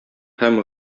һәм